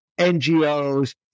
NGOs